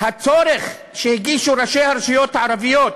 הצורך שהגישו ראשי הרשויות הערביות,